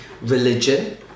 religion